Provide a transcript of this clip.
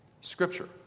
scripture